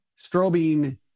strobing